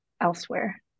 elsewhere